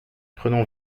prenons